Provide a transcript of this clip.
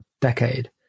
decade